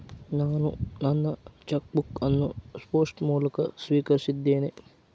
ನಾನು ನನ್ನ cheque book ಅನ್ನು ಪೋಸ್ಟ್ ಮೂಲಕ ಸ್ವೀಕರಿಸಿದ್ದೇನೆ